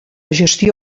gestió